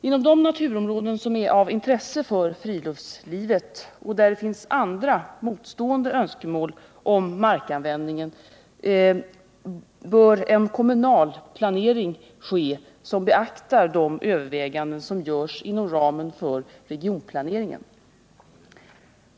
Inom de naturområden som är av intresse för friluftslivet och där det finns andra motstående önskemål om markanvändningen bör en kommunal planering ske som beaktar de överväganden som görs inom ramen för regionplaneringen.